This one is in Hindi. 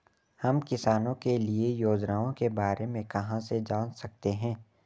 हम किसानों के लिए योजनाओं के बारे में कहाँ से जान सकते हैं?